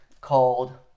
called